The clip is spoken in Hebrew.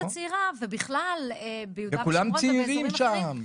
הצעירה ובכלל ביהודה ושומרון -- כולם צעירים שם.